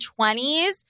20s